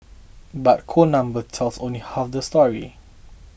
but cold numbers tells only half the story